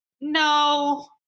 no